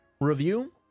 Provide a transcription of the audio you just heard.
review